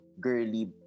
girly